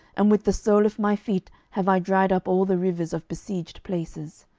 and with the sole of my feet have i dried up all the rivers of besieged places.